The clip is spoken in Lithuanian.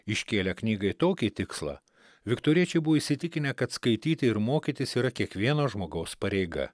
iškėlė knygai tokį tikslą viktoriečiai buvo įsitikinę kad skaityti ir mokytis yra kiekvieno žmogaus pareiga